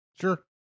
Sure